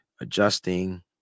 adjusting